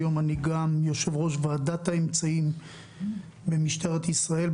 היום אני גם יושב-ראש ועדת האמצעים במשטרת ישראל,